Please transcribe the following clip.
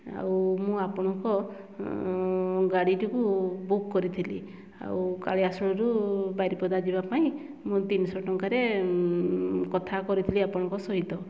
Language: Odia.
ଆଉ ମୁଁ ଆପଣଙ୍କ ଗାଡ଼ିଟିକୁ ବୁକ୍ କରିଥିଲି ଆଉ କାଳିଆଶୁଳିରୁ ବାରିପଦା ଯିବା ପାଇଁ ମୁଁ ତିନିଶହ ଟଙ୍କାରେ କଥା କରିଥିଲି ଆପଣଙ୍କ ସହିତ